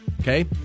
Okay